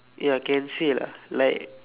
ya can say lah like